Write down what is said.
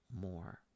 more